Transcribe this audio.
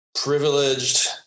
privileged